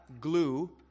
glue